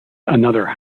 another